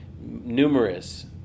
numerous